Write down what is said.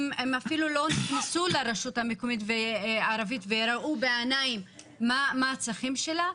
הן אפילו לא נכנסו לרשות המקומית הערבית וראו בעיניים מה הצרכים שלה,